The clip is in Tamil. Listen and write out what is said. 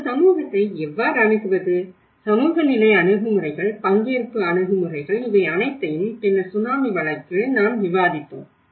ஒரு சமூகத்தை எவ்வாறு அணுகுவது சமூக நிலை அணுகுமுறைகள் பங்கேற்பு அணுகுமுறைகள் இவை அனைத்தையும் பின்னர் சுனாமி வழக்கில் நாம் விவாதித்தோம்